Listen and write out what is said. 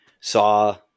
saw